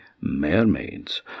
mermaids